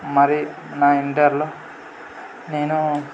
మరీ నా ఇంటర్లో నేను